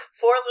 four